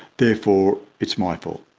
therefore it's my fault.